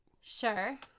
sure